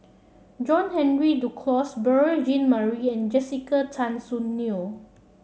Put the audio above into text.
John Henry Duclos Beurel Jean Marie and Jessica Tan Soon Neo